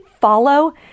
follow